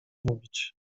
mówić